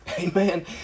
Amen